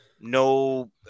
no